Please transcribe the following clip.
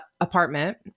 apartment